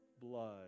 blood